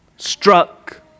Struck